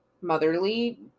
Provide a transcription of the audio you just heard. motherly